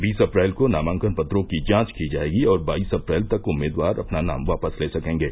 बीस अप्रैल को नामांकन पत्रों की जांच की जायेगी और बाईस अप्रैल तक उम्मीदवार अपना नाम वापस ले सकेंगे